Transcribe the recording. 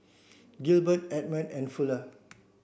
Gilbert Edmond and Fuller